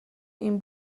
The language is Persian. این